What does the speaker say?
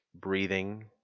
breathing